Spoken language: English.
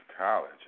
college